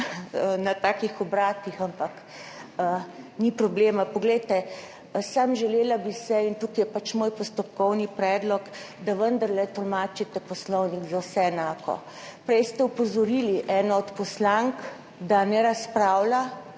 na takih obratih, ampak ni problema. Poglejte, samo želela bi, in to je pač moj postopkovni predlog, da vendarle tolmačite Poslovnik za vse enako. Prej ste opozorili eno od poslank, da ne razpravlja